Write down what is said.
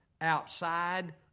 outside